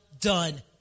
done